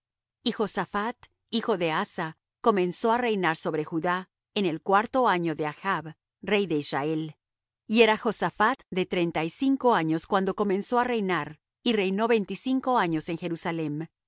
y josaphat hijo de asa comenzó á reinar sobre judá en el cuarto año de achb rey de israel y era josaphat de treinta y cinco años cuando comenzó á reinar y reinó veinticinco años en jerusalem